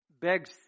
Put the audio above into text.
begs